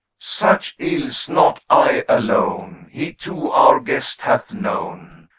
such ills not i alone, he too our guest hath known,